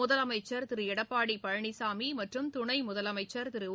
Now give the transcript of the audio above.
முதலமைச்சர் திரு எடப்பாடி பழனிசாமி மற்றும் துணை முதலமைச்சர் திரு ஒ